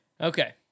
Okay